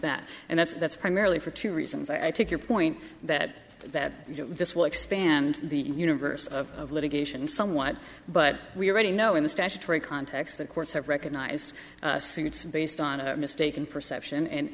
that and that's that's primarily for two reasons i take your point that that this will expand the universe of litigation somewhat but we already know in the statutory context that courts have recognized saying it's based on a mistaken perception and